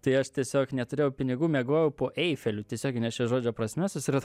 tai aš tiesiog neturėjau pinigų miegojau po eifeliu tiesiogine šio žodžio prasme susira